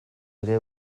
ere